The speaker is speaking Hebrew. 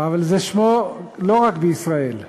אבל זה שמו לא רק בישראל.